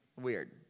Weird